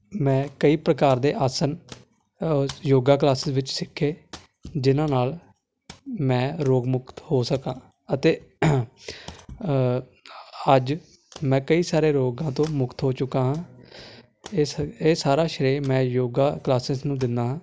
ਮੈਂ ਕਈ ਪ੍ਰਕਾਰ ਦੇ ਆਸਨ ਯੋਗਾ ਕਲਾਸਿਸ ਵਿੱਚ ਸਿੱਖੇ ਜਿਹਨਾਂ ਨਾਲ ਮੈਂ ਰੋਗ ਮੁਕਤ ਹੋ ਸਕਾਂ ਅਤੇ ਅੱਜ ਮੈਂ ਕਈ ਸਾਰੇ ਰੋਗਾਂ ਤੋਂ ਮੁਕਤ ਹੋ ਚੁੱਕਾ ਹਾਂ ਇਸ ਇਹ ਸਾਰਾ ਸ਼੍ਰੇ ਮੈਂ ਯੋਗਾ ਕਲਾਸਿਸ ਨੂੰ ਦਿੰਦਾ ਹਾਂ